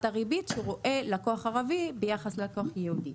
הריבית שרואה לקוח ערבי ביחס ללקוח יהודי.